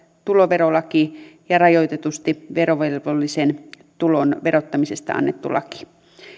tuloverolaki ja rajoitetusti verovelvollisen tulon verottamisesta annettu laki